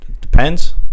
depends